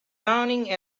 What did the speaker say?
learning